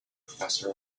professor